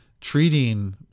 treating